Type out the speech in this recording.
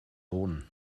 boden